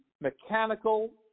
mechanical